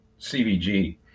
CVG